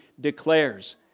declares